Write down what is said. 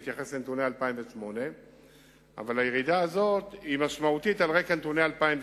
מתייחס לנתוני 2008. הירידה הזאת היא משמעותית על רקע נתוני 2008,